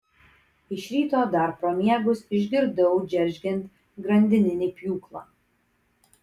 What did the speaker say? iš ryto dar pro miegus išgirdau džeržgiant grandininį pjūklą